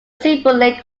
symbolic